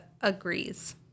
agrees